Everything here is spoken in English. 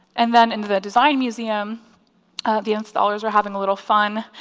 and then in the design museum the installers are having a little fun.